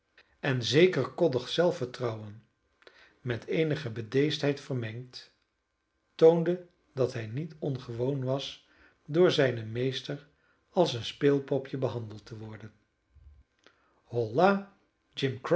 en zeker koddig zelfvertrouwen met eenige bedeesdheid vermengd toonde dat hij niet ongewoon was door zijnen meester als een speelpopje behandeld te worden holla